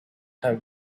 have